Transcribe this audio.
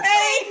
Hey